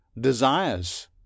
desires